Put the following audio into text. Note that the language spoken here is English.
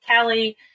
Callie